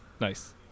nice